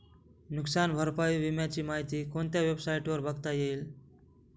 नुकसान भरपाई विम्याची माहिती कोणत्या वेबसाईटवर बघता येईल?